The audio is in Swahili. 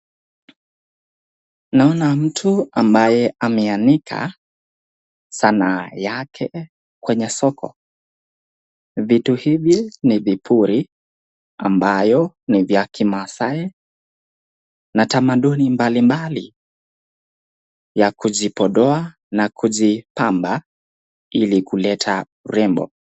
Naoana mtu ambaye ameanika sanaa yake kwenye soko. Vitu hizi ni vipuli ambayo ni vya kimasaai na tamaduni mbali mbali ya kujipodoa na kujipamba ili kuleta urembo.